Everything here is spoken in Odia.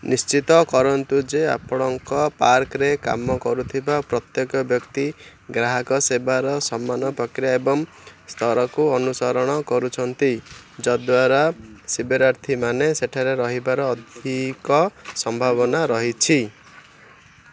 ନିଶ୍ଚିତ କରନ୍ତୁ ଯେ ଆପଣଙ୍କ ପାର୍କରେ କାମ କରୁଥିବା ପ୍ରତ୍ୟେକ ବ୍ୟକ୍ତି ଗ୍ରାହକ ସେବାର ସମାନ ପ୍ରକ୍ରିୟା ଏବଂ ସ୍ତରକୁ ଅନୁସରଣ କରୁଛନ୍ତି ଯଦ୍ୱାରା ଶିବିରାର୍ଥୀ ମାନେ ସେଠାରେ ରହିବାର ଅଧିକ ସମ୍ଭାବନା ରହିଛି